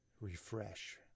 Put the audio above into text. refresh